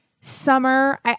summer